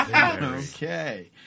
Okay